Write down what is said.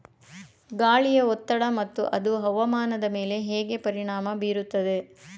ಗಾಳಿಯ ಒತ್ತಡ ಮತ್ತು ಅದು ಹವಾಮಾನದ ಮೇಲೆ ಹೇಗೆ ಪರಿಣಾಮ ಬೀರುತ್ತದೆ?